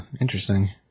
Interesting